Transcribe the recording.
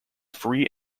free